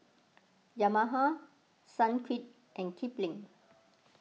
Yamaha Sunquick and Kipling